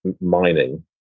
mining